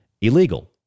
illegal